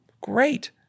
Great